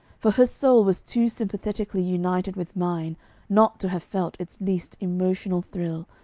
for her soul was too sympathetically united with mine not to have felt its least emotional thrill,